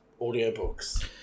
audiobooks